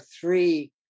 three